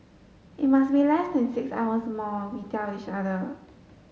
it must be less than six hours more we tell each other